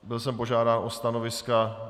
Byl jsem požádán o stanoviska.